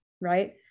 right